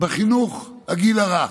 בחינוך לגיל הרך.